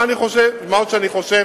מה עוד שאני חושב